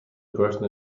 person